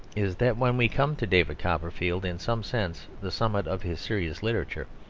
is that when we come to david copperfield, in some sense the summit of his serious literature,